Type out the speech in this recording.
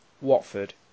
Watford